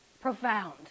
profound